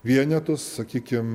vienetus sakykim